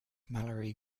mallory